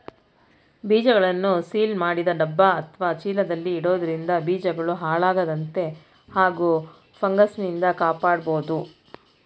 ಬೀಜಗಳನ್ನು ಸೀಲ್ ಮಾಡಿದ ಡಬ್ಬ ಅತ್ವ ಚೀಲದಲ್ಲಿ ಇಡೋದ್ರಿಂದ ಬೀಜಗಳು ಹಾಳಾಗದಂತೆ ಹಾಗೂ ಫಂಗಸ್ನಿಂದ ಕಾಪಾಡ್ಬೋದು